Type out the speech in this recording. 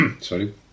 sorry